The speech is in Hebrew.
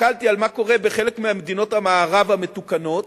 הסתכלתי על מה שקורה בחלק ממדינות המערב המתוקנות,